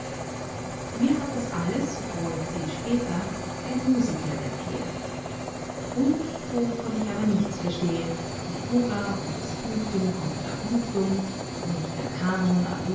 mir hat das alles obwohl viel später ein musiker erklärt und wovon ich aber nichts verstehe die fuga und das punctum contra punctum und der